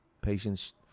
patients